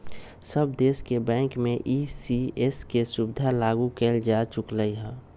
सब देश के बैंक में ई.सी.एस के सुविधा लागू कएल जा चुकलई ह